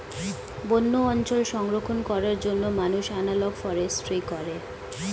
বন্য অঞ্চল সংরক্ষণ করার জন্য মানুষ এনালগ ফরেস্ট্রি করে